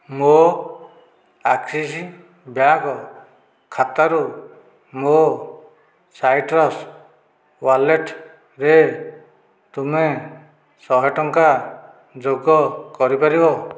ମୋ Axis bank ଖାତାରୁ ମୋ ସାଇଟ୍ରସ୍ ୱାଲେଟରେ ତୁମେ ଶହେ ଟଙ୍କା ଯୋଗ କରିପାରିବ